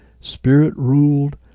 Spirit-ruled